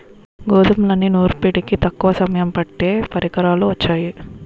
గోధుమల్ని నూర్పిడికి తక్కువ సమయం పట్టే పరికరాలు వొచ్చాయి